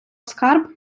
скарб